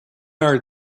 are